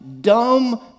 dumb